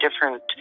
different